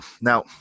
Now